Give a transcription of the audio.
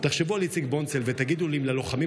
תחשבו על איציק בונצל ותגידו לי אם ללוחמים